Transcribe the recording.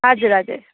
हजुर हजुर